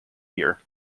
year